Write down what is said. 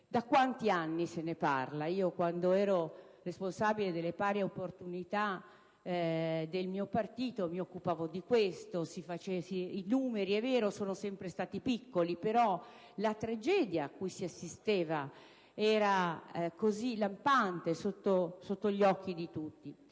da quanti anni se ne parla? Quando ero responsabile delle pari opportunità nel mio partito mi occupavo di questa materia. I numeri, è vero, sono sempre stati piccoli, però la tragedia cui si assisteva era lampante e sotto gli occhi di tutti.